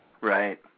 Right